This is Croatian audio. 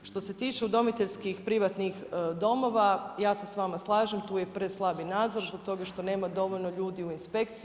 Što se tiče udomiteljskih i privatnih domova, ja se s vama slažem, tu je preslabi nadzor, zbog toga što nema dovoljno ljudi u inspekciji.